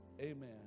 Amen